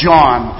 John